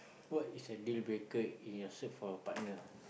what is a dealbreaker in your search for a partner